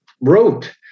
wrote